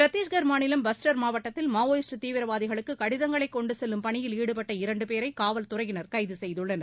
சத்திஷ்கர் மாநிலம் பஸ்டர் மாவட்டத்தில் மாவோயிஸ்ட் தீவிரவாதிகளுக்கு கடிதங்களை கொண்டுசெல்லும் பணியில் ஈடுபட்ட இரண்டுபேரை காவல்துறையினர் கைது செய்துள்ளனர்